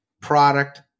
product